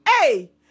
Hey